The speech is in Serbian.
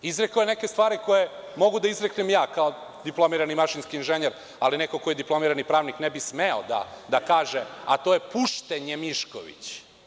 Izrekao je neke stvari koje mogu da izreknem ja, kao diplomirani mašinski inženjer, ali neko ko je diplomirani pravnik ne bi smeo da kaže – pušten je Mišković.